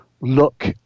look